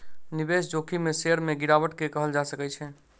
निवेश जोखिम में शेयर में गिरावट के कहल जा सकै छै